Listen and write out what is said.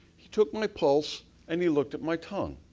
he took my pulse and he looked at my tongue.